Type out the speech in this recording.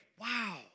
wow